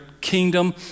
kingdom